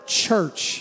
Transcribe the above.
church